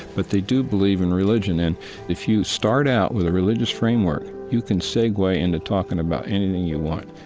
but they do believe in religion. and if you start out with a religious framework, you can segue into talking about anything you want,